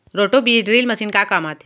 Roto बीज drill machine का काम आथे?